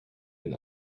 den